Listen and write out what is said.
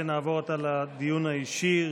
נעבור עתה לדיון האישי.